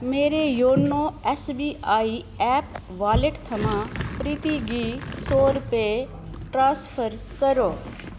मेरे YONO SBI app wallet थमां प्रीती गी सौ रुपये ट्रांसफर करो